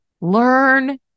learn